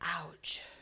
Ouch